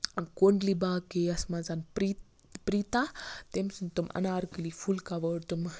کُنڈلی باگیہِ یَتھ منٛز پریٖتا تٔمۍ سٕنز تِم اَنارکٔلی پھل کوٲڑ